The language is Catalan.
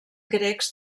grecs